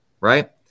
right